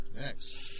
Next